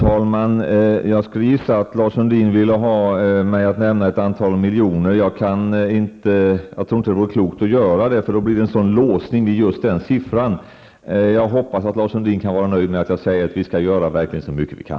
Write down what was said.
Herr talman! Jag gissar att Lars Sundin vill ha mig att nämna ett antal miljoner. Jag tror inte att det vore klokt att göra det. Det skulle då bli en sådan låsning till den siffran. Jag hoppas att Lars Sundin kan vara nöjd med att vi verkligen skall göra så mycket vi kan.